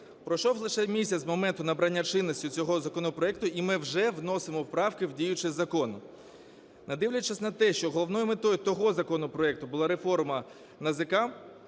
Пройшов лише місяць з моменту набрання чинності цього законопроекту і ми вже вносимо правки в діючий закон. Не дивлячись на те, що головною метою того законопроекту була реформа НАЗК,